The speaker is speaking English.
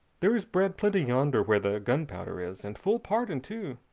there is bread plenty yonder where the gunpowder is, and full pardon, too.